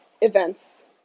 events